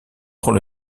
prend